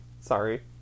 Sorry